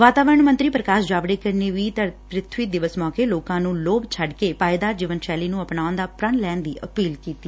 ਵਾਤਾਵਰਨ ਮੰਤਰੀ ਪ੍ਰਕਾਸ਼ ਜਾਵੜੇਕਰ ਨੇ ਵੀ ਪ੍ਰਿਬਵੀ ਦਿਵਸ ਮੌਕੇ ਲੋਕਾਂ ਨੂੰ ਲੋਭ ਛੱਡਕੇ ਪਾਏਦਾਰ ਜੀਵਨ ਸ਼ੈਲੀ ਨੂੰ ਅਪਣਾਉਣ ਦਾ ਪ੍ਰਣ ਲੈਣ ਦੀ ਅਪੀਲ ਕੀਤੀ